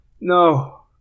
no